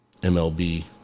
MLB